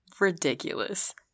ridiculous